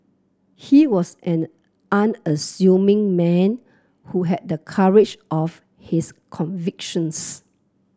he was an unassuming man who had the courage of his convictions